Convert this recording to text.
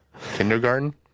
Kindergarten